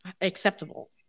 acceptable